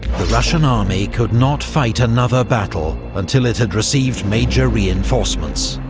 the russian army could not fight another battle until it had received major reinforcements.